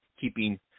keeping